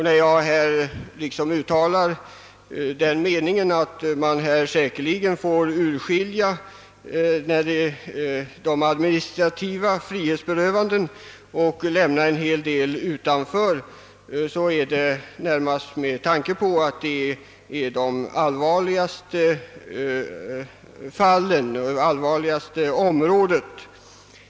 När jag här uttalar den meningen att man säkerligen får avskilja de administrativa frihetsberövandena och lämna annat utanför, är det närmast med tanke på att de omfattar de allvarligaste fallen; att det är det allvarligaste området i detta sammanhang.